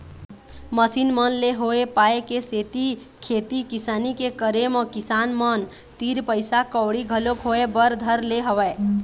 machine मन ले होय पाय के सेती खेती किसानी के करे म किसान मन तीर पइसा कउड़ी घलोक होय बर धर ले हवय